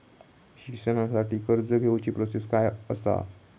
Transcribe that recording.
शिक्षणाची कर्ज घेऊची प्रोसेस काय असा?